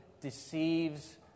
deceives